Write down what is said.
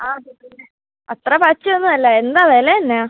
ആ അത്ര പച്ചയൊന്നും അല്ല എന്താ വില എന്നാ